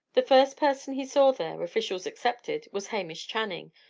the first person he saw there, officials excepted, was hamish channing,